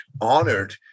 honored